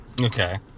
Okay